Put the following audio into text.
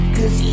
Cause